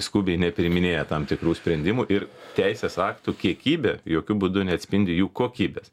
skubiai nepriiminėja tam tikrų sprendimų ir teisės aktų kiekybė jokiu būdu neatspindi jų kokybės